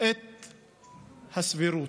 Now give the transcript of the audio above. את הסבירות.